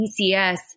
ECS